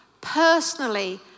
personally